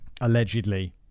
Allegedly